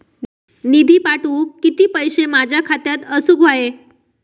निधी पाठवुक किती पैशे माझ्या खात्यात असुक व्हाये?